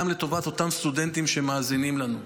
גם לטובת אותם סטודנטים שמאזינים לנו: